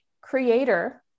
creator